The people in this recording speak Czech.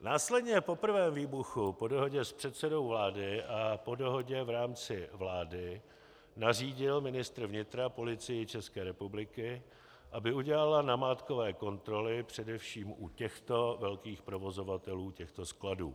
Následně po prvém výbuchu po dohodě s předsedou vlády a po dohodě v rámci vlády nařídil ministr vnitra Policii České republiky, aby udělala namátkové kontroly především u těchto velkých provozovatelů těchto skladů.